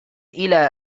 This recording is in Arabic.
إلى